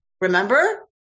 Remember